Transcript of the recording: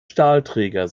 stahlträger